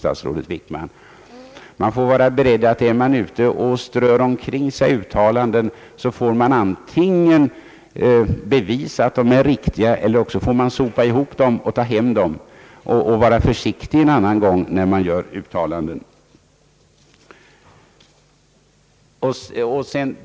Om man strör omkring sig uttalanden måste man vara beredd att antingen bevisa att de är riktiga eller »sopa ihop dem», ta hem dem och vara försiktig en annan gång när man gör uttalanden.